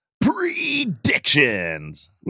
predictions